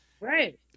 Right